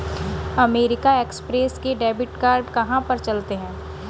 American Express के debit card कहाँ पर चलते हैं?